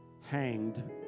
hanged